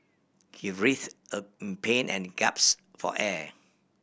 he writhed a in pain and gaps for air